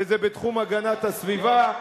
וזה בתחום הגנת הסביבה,